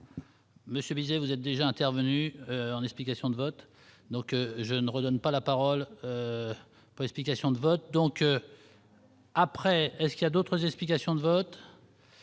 Monsieur Ligier, vous êtes déjà intervenu en explications de vote, donc je ne redonne pas la parole, explications de vote donc. Après est-ce qu'il y a d'autres explications de vote.